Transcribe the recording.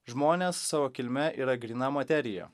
žmonės savo kilme yra gryna materija